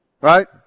Right